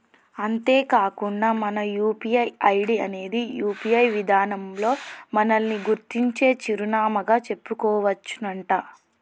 అంతేకాకుండా మన UPI ID అనేది యూ.పీ.ఐ విధానంలో మనల్ని గుర్తించే చిరునామాగా చెప్పుకోవచ్చునంట